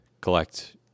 collect